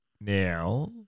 now